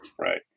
right